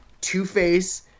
Two-Face